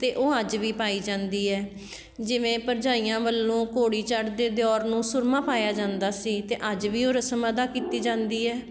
ਅਤੇ ਉਹ ਅੱਜ ਵੀ ਪਾਈ ਜਾਂਦੀ ਹੈ ਜਿਵੇਂ ਭਰਜਾਈਆਂ ਵੱਲੋਂ ਘੋੜੀ ਚੜ੍ਹਦੇ ਦਿਓਰ ਨੂੰ ਸੁਰਮਾ ਪਾਇਆ ਜਾਂਦਾ ਸੀ ਅਤੇ ਅੱਜ ਵੀ ਉਹ ਰਸਮ ਅਦਾ ਕੀਤੀ ਜਾਂਦੀ ਹੈ